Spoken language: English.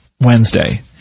Wednesday